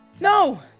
No